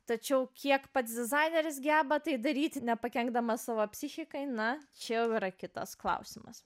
tačiau kiek pats dizaineris geba tai daryti nepakenkdamas savo psichikai na čia jau yra kitas klausimas